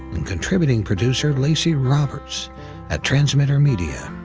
and contributing producer lacy roberts at transmitter media.